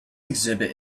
exhibit